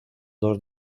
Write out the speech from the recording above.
dos